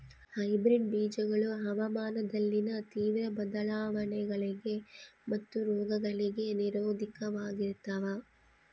hybrid ಬೇಜಗಳು ಹವಾಮಾನದಲ್ಲಿನ ತೇವ್ರ ಬದಲಾವಣೆಗಳಿಗೆ ಮತ್ತು ರೋಗಗಳಿಗೆ ನಿರೋಧಕವಾಗಿರ್ತವ